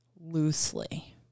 loosely